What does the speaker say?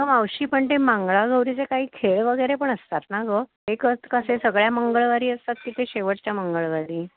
हो मावशी पण ते मंगळागौरीचे काही खेळ वगैरे पण असतात ना गं एक कसे सगळ्या मंगळवारी असतात की ते शेवटच्या मंगळवारी